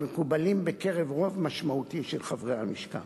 המקובלים בקרב רוב משמעותי של חברי הלשכה.